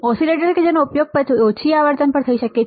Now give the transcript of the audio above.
oscillator કે જેનો ઉપયોગ ઓછી આવર્તન પર થઈ શકે છે